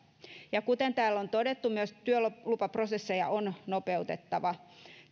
kuten täällä on todettu myös työlupaprosesseja on nopeutettava